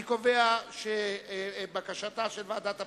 אני קובע שבקשתה של ועדת הפנים,